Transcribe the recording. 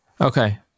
Okay